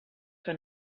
que